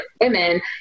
women